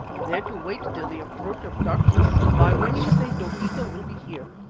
there to wait till the approach of darkness, by when you say dogeetah will be here.